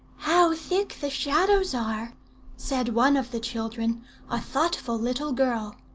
how thick the shadows are said one of the children a thoughtful little girl.